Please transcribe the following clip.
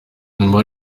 nyuma